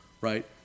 right